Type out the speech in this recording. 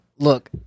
Look